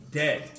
dead